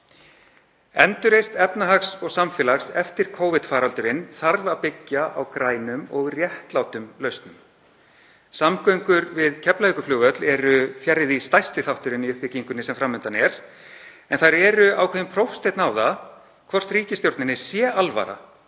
Endurreisn efnahags og samfélags eftir Covid-faraldurinn þarf að byggja á grænum og réttlátum lausnum. Samgöngur við Keflavíkurflugvöll eru fjarri því stærsti þátturinn í uppbyggingunni sem fram undan er, en þær eru ákveðinn prófsteinn á það hvort ríkisstjórninni sé alvara